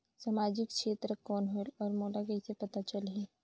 समाजिक क्षेत्र कौन होएल? और मोला कइसे पता चलही?